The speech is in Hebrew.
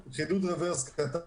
שהתקנות שלנו